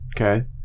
Okay